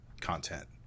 content